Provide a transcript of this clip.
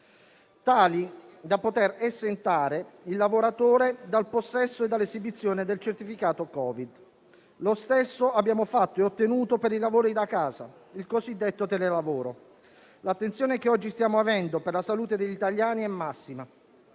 tali da poter esentare il lavoratore dal possesso e dall'esibizione del certificato verde. Lo stesso abbiamo fatto e ottenuto per i lavori da casa, il cosiddetto telelavoro. L'attenzione che oggi stiamo avendo per la salute degli italiani è massima